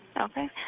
Okay